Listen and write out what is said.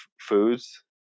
foods